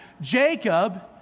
Jacob